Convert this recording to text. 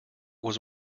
was